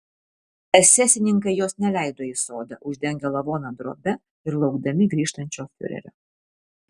esesininkai jos neleido į sodą uždengę lavoną drobe ir laukdami grįžtančio fiurerio